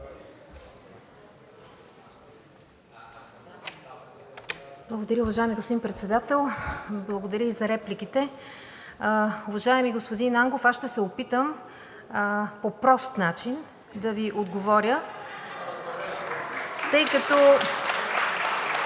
Благодаря и за репликите. Уважаеми господин Ангов, аз ще се опитам по прост начин да Ви отговоря. (Шум